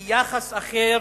היא יחס אחר